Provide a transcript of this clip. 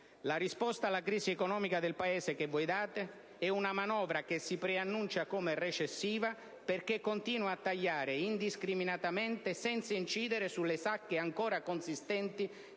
voi date alla crisi economica del Paese è una manovra che si preannuncia come recessiva, perché continua a tagliare, indiscriminatamente, senza incidere sulle sacche, ancora consistenti,